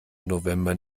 november